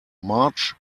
march